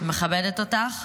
ומכבדת אותך,